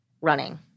running